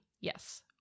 Yes